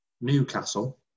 Newcastle